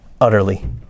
Utterly